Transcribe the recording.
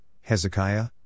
Hezekiah